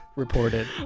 Reported